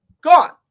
gone